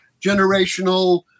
generational